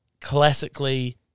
Classically